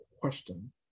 question